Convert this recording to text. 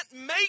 make